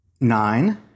nine